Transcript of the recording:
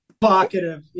provocative